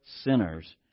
sinners